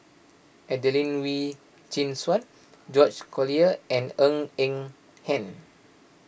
Adelene Wee Chin Suan George Collyer and Ng Eng Hen